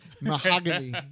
mahogany